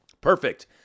Perfect